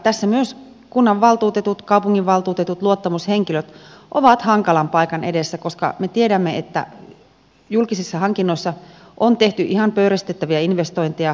tässä myös kunnanvaltuutetut kaupunginvaltuutetut luottamushenkilöt ovat hankalan paikan edessä koska me tiedämme että julkisissa hankinnoissa on tehty ihan pöyristyttäviä investointeja